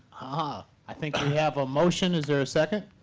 ah, i think we have a motion. is there a second?